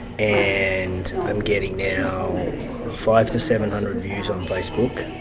and i'm getting now five to seven hundred views on facebook,